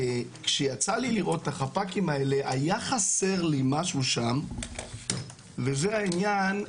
כשיצא לי לראות את החפ"קים האלה היה חסר לי משהו שם וזה העניין,